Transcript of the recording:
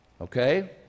Okay